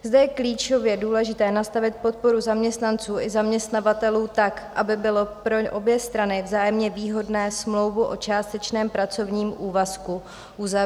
Zde je klíčově důležité nastavit podporu zaměstnanců i zaměstnavatelů tak, aby bylo pro obě strany vzájemně výhodné smlouvu o částečném pracovním úvazku uzavřít.